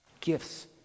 Gifts